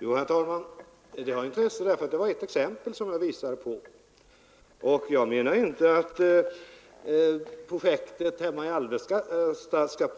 Herr talman! Jo, det har intresse, därför att det var ett exempel som jag visade på. Jag menar inte att projektet hemma i Alvesta skall